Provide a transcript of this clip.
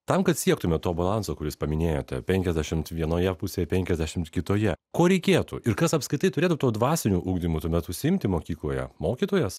tam kad siektumėme to balanso kuris paminėta penkiasdešimt vienoje pusėje penkiasdešimt kitoje ko reikėtų ir kas apskritai turėtų tuo dvasiniu ugdymu tuomet užsiimti mokykloje mokytojas